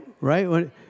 Right